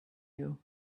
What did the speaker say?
you